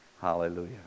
Hallelujah